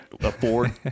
afford